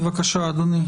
בבקשה, אדוני.